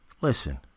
listen